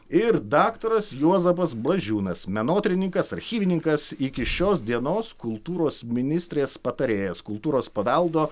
ir daktaras juozapas blažiūnas menotyrininkas archivininkas iki šios dienos kultūros ministrės patarėjas kultūros paveldo